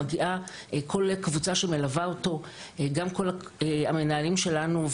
מגיעה כל הקבוצה שמלווה אותו וגם כל המנהלים שלנו,